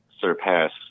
surpass